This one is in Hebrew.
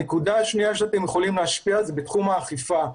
הנקודה השנייה בה אתם יכולים להשפיע היא בתחום האכיפה.